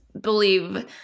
believe